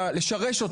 לשרש,